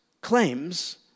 claims